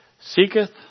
Seeketh